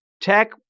Tech